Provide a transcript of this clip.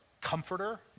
comforter